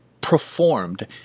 performed